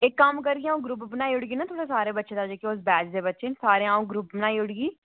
इक कम्म करगी अ'ऊं ग्रुप बनाई ओड़गी नां तुसें सारें बच्चें दा जेह्के उस बैच दे बच्चें न सारें दा अ'ऊं ग्रुप बनाई ओड़गी